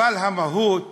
במהות